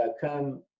come